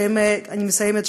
אני מסיימת.